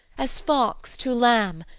as fox to lamb,